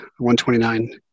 129